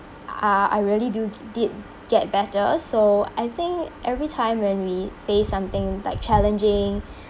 uh I really do did get better so I think every time when we face something like challenging